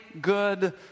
good